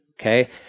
Okay